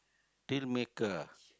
dealmaker